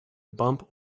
bump